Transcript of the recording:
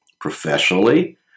professionally